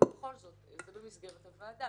ובכל זאת זה במסגרת הוועדה,